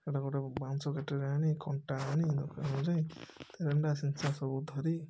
ସେଇଟା ଗୋଟେ ବନଁଶୀ କାଠି ଆଣି କଣ୍ଟା ଆଣି ସବୁ ଧରି